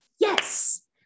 Yes